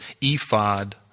ephod